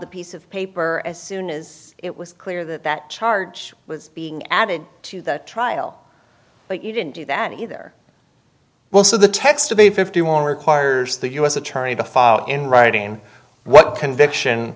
the piece of paper as soon as it was clear that that charge was being added to the trial but you didn't do that either well so the text of the fifty one requires the u s attorney to file in writing what conviction